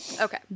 Okay